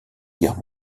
guerre